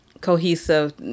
cohesive